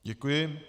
Děkuji.